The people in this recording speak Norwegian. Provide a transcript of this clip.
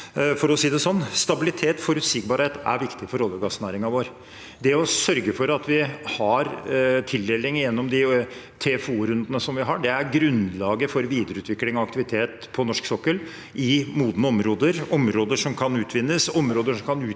Stabilitet og forutsigbarhet er viktig for olje- og gassnæringen vår. Det å sørge for at vi har tildeling gjennom de årlige TFO-rundene vi har, er grunnlaget for videreutvikling av aktivitet på norsk sokkel i modne områder, områder som kan utvinnes, områder som kan utnytte